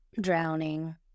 drowning